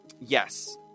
yes